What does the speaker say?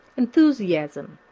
enthusiasm,